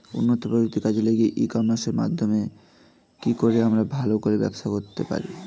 উন্নত প্রযুক্তি কাজে লাগিয়ে ই কমার্সের মাধ্যমে কি করে আমি ভালো করে ব্যবসা করতে পারব?